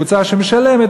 קבוצה שמשלמת,